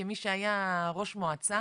כמי שהיה ראש מועצה,